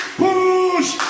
push